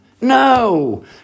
No